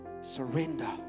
Surrender